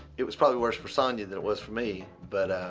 it was probably worse for sonya than it was for me, but